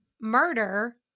murder